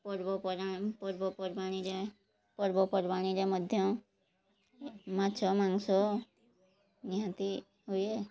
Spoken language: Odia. ପର୍ବପର୍ବାଣି ପର୍ବପର୍ବାଣିରେ ପର୍ବପର୍ବାଣିରେ ମଧ୍ୟ ମାଛ ମାଂସ ନିହାତି ହୁଏ